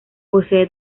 posee